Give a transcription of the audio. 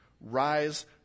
Rise